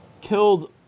killed